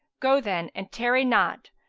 go then and tarry not.